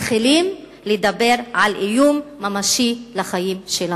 מתחילים לדבר על איום ממשי על החיים שלנו.